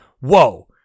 whoa